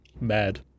Mad